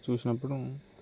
చూసినప్పుడు